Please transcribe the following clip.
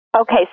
Okay